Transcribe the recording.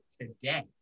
today